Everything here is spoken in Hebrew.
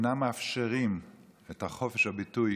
אינם מאפשרים את חופש הביטוי